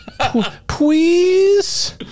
please